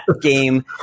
game